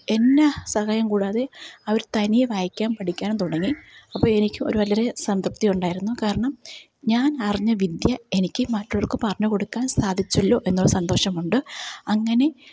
എന്നെ സഹായം കൂടാതെ അവർ തനിയെ വായിക്കാനും പഠിക്കാന് തുടങ്ങി അപ്പം എനിക്ക് വലിയൊരു സംതൃപ്തി ഉണ്ടായിരുന്നു കാരണം ഞാന് അറിഞ്ഞ വിദ്യ എനിക്ക് മറ്റുള്ളവര്ക്കു പറഞ്ഞു കൊടുക്കാന് സാധിച്ചല്ലോ എന്നുള്ള സന്തോഷം ഉണ്ട് അങ്ങനെ